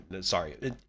Sorry